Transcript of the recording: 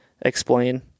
explain